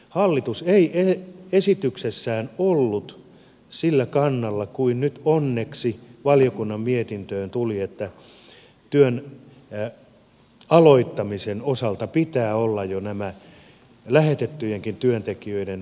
hallitus ei esityksessään ollut sillä kannalla kuin nyt onneksi valiokunnan mietintöön tuli että työn aloittamisen osalta pitää olla jo näiden lähetettyjenkin työntekijöiden tiedot tiedossa